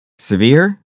Severe